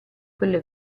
quelle